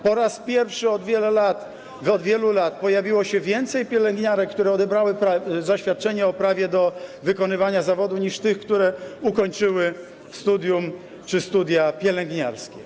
Po raz pierwszy od wielu lat pojawiło się więcej pielęgniarek, które odebrały zaświadczenie o prawie do wykonywania zawodu, niż tych, które ukończyły studium czy studia pielęgniarskie.